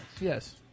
Yes